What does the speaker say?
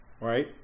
right